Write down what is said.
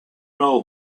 know